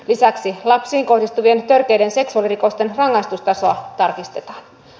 lisäksi lapsiin kohdistuvien törkeiden seksuaalirikosten rangaistustasoa tarkistetaan